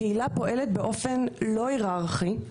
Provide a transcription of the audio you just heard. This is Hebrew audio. הקהילה פועלת באופן לא היררכי,